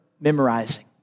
memorizing